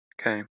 Okay